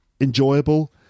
enjoyable